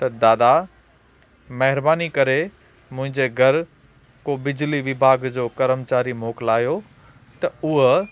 त दादा महिरबानी करे मुंहिंजे घर को बिजली विभाॻ जो कर्मचारी मोकिलायो त ऊअ